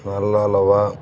నల్ల హల్వా